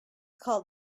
called